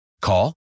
Call